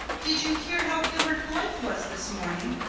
did you hear how gilbert blythe was this morning?